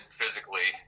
physically